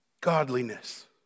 Godliness